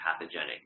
pathogenic